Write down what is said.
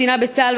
קצינה בצה"ל,